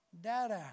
dada